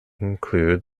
include